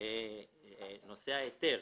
ההיתר